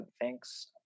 thanks